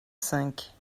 cinq